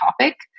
topic